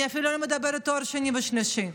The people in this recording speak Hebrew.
אני אפילו לא מדברת על תואר שני ושלישי,